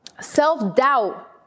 self-doubt